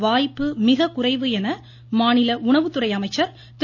வாய்ப்பு மிக என மாநில உணவுத்துறை அமைச்சர் திரு